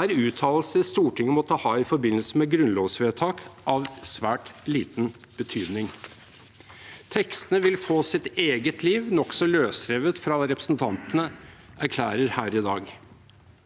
er uttalelser Stortinget måtte ha i forbindelse med grunnlovsvedtak, av svært liten betydning. Tekstene vil få sitt eget liv nokså løsrevet fra hva representantene erklærer her i dag.